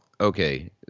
okay